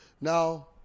Now